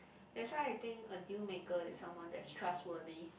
that's why I think a deal maker is someone that's trustworthy